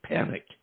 Panic